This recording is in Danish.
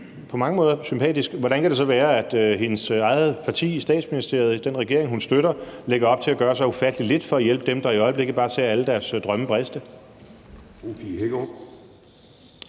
på mange måder sympatisk – hvordan kan det så være, at hendes eget parti i Statsministeriet og i den regering, hun støtter, lægger op til at gøre så ufattelig lidt for at hjælpe dem, der i øjeblikket bare ser alle deres drømme briste?